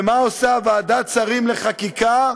ומה עושה ועדת שרים לחקיקה?